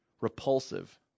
repulsive